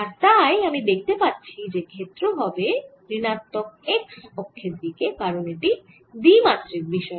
আর তাই আমি দেখতে পাচ্ছি যে ক্ষেত্র হবে ঋণাত্মক x অক্ষের দিকে কারণ এটি দ্বিমাত্রিক বিষয়